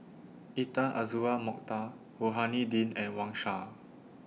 Intan Azura Mokhtar Rohani Din and Wang Sha